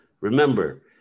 Remember